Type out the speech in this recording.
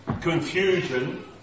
confusion